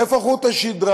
איפה חוט השדרה?